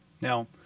Now